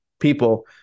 People